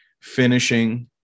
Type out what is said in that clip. finishing